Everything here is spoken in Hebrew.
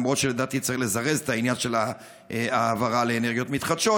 למרות שלדעתי צריך לזרז את העניין של העברה לאנרגיות מתחדשות,